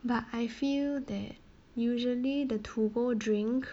but I feel that usually the to go drink